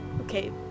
okay